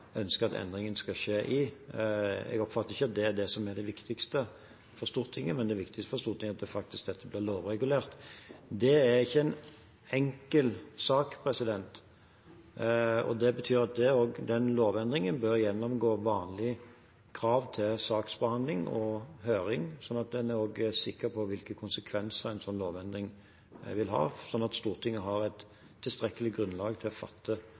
ønsker at endringen skal skje i. Jeg oppfatter ikke at det er det som er det viktigste for Stortinget, men at det er viktigst for Stortinget at dette faktisk blir lovregulert. Det er ikke en enkel sak, og det betyr at den lovendringen bør gjennomgå vanlige krav til saksbehandling og høring, så en er sikker på hvilke konsekvenser en sånn lovendring vil ha, så Stortinget har et tilstrekkelig grunnlag til å fatte et sånt vedtak. Det